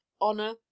honor